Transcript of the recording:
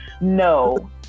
no